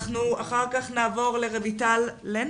אחר כך נעבור לרויטל לן,